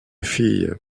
fille